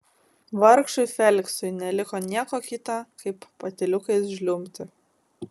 vargšui feliksui neliko nieko kita kaip patyliukais žliumbti